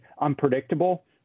unpredictable